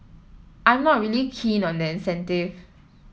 I'm not really keen on the incentive